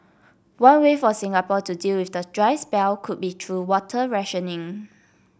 one way for Singapore to deal with the dry spell could be through water rationing